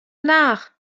nach